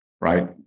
right